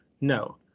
No